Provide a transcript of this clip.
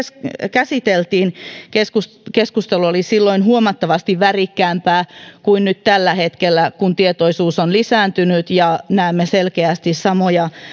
käsiteltiin keskustelu oli silloin huomattavasti värikkäämpää kuin nyt tällä hetkellä kun tietoisuus on lisääntynyt ja näemme selkeästi samoja